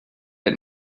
had